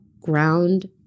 ground